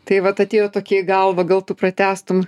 tai vat atėjo tokie į galvą gal tu pratęstum